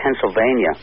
Pennsylvania